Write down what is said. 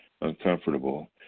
uncomfortable